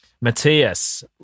Matthias